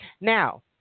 Now